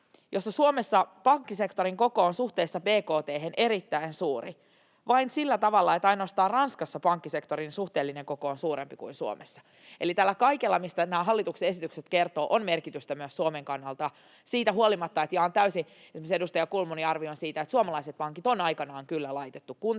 arviosta, että pankkisektorin koko Suomessa on suhteessa bkt:hen erittäin suuri, sillä tavalla, että ainoastaan Ranskassa pankkisektorin suhteellinen koko on suurempi kuin Suomessa. Eli tällä kaikella, mistä nämä hallituksen esitykset kertovat, on merkitystä myös Suomen kannalta — siitä huolimatta, että jaan täysin esimerkiksi edustaja Kulmunin arvion siitä, että suomalaiset pankit on aikanaan kyllä laitettu kuntoon. Eli